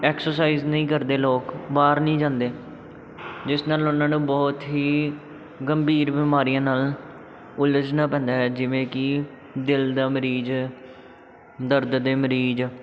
exercise ਨਹੀਂ ਕਰਦੇ ਲੋਕ ਬਾਹਰ ਨਹੀਂ ਜਾਂਦੇ ਜਿਸ ਨਾਲ ਉਹਨਾਂ ਨੂੰ ਬਹੁਤ ਹੀ ਗੰਭੀਰ ਬਿਮਾਰੀਆਂ ਨਾਲ ਉਲਝਣਾ ਪੈਂਦਾ ਹੈ ਜਿਵੇਂ ਕਿ ਦਿਲ ਦਾ ਮਰੀਜ਼ ਦਰਦ ਦੇ ਮਰੀਜ਼